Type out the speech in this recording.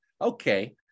okay